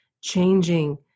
changing